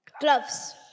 gloves